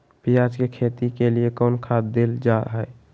प्याज के खेती के लिए कौन खाद देल जा हाय?